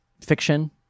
fiction